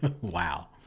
wow